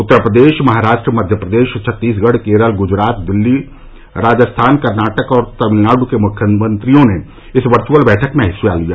उत्तर प्रदेश महाराष्ट्र मध्य प्रदेश छत्तीसगढ़ केरल ग्जरात दिल्ली राजस्थान कर्नाटक और तमिलनाड् के मुख्यमंत्रियों ने इस वर्ईअल बैठक में हिस्सा लिया